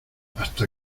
hasta